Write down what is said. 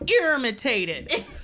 irritated